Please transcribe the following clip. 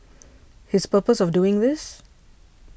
his purpose of doing this